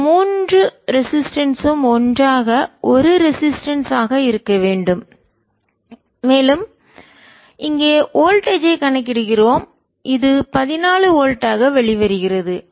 இந்த மூன்று ரெசிஸ்டன்ஸ் ம் ஒன்றாக ஒரு ரெசிஸ்டன்ஸ் ஆக இருக்க வேண்டும் மேலும் இங்கே வோல்டேஜ் ஐ மின்னழுத்தத்தை கணக்கிடுகிறோம் இது 14 வோல்ட்டாக வெளிவருகிறது